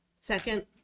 second